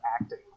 acting